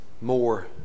more